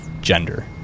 gender